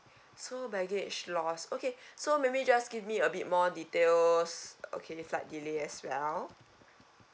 so baggage loss okay so maybe you just give me a bit more details okay flight delay as well